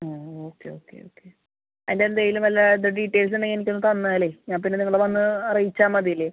ഓ okay okay okay അതിന്റെ എന്തെങ്കിലും വല്ല ഡീറ്റെയിൽസ് ഉണ്ടെങ്കിൽ എനിക്ക് ഒന്ന് തന്നാൽ ഞാൻ പിന്നെ നിങ്ങളെ വന്ന് അറിയിച്ചാൽ മതി അല്ലേ